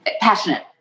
passionate